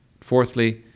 Fourthly